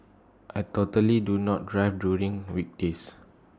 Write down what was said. I totally do not drive during weekdays